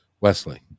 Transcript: Wesley